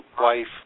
wife